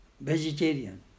vegetarian